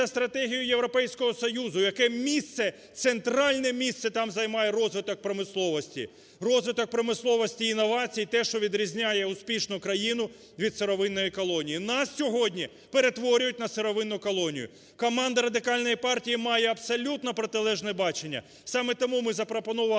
стратегію Європейського Союзу, яке місце – центральне місце там займає розвиток промисловості. Розвиток промисловості інновацій – те, що відрізняє успішну країну від сировинної колонії. Нас сьогодні перетворюють на сировинну колонію. Команда Радикальної партії має абсолютно протилежне бачення. Саме тому ми запропонували